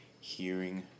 hearing